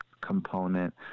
component